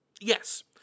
Yes